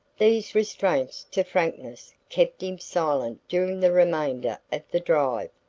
these restraints to frankness kept him silent during the remainder of the drive,